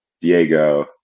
Diego